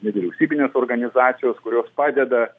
nevyriausybinės organizacijos kurios padeda